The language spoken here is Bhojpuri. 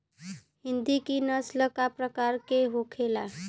हिंदी की नस्ल का प्रकार के होखे ला?